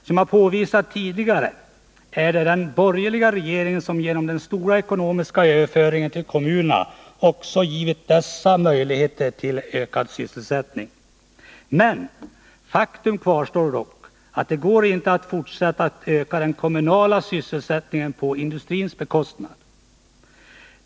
Som jag påvisat tidigare är det den borgerliga regeringen som genom den stora ekonomiska överföringen till kommunerna också givit dessa möjligheter till ökad sysselsättning. Men faktum kvarstår — det går inte att fortsätta att öka den kommunala sysselsättningen på industrins bekostnad.